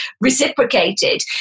reciprocated